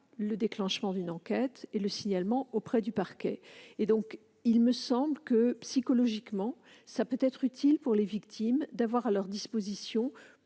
le déclenchement d'une enquête et le signalement auprès du parquet. Il me semble que, psychologiquement, il peut être utile que les victimes aient à leur disposition